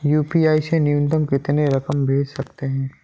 UPI से न्यूनतम कितनी रकम भेज सकते हैं?